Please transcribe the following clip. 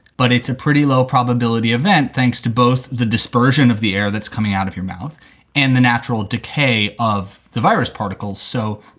but it's a pretty low probability event. thanks to both the dispersion of the air that's coming out of your mouth and the natural decay of the virus particles. so,